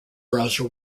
browser